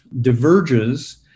diverges